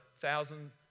thousand